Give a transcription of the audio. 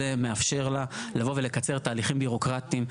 מאפשר לה לבוא ולקצר תהליכים בירוקרטיים,